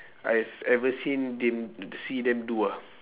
I've ever seen them see them do ah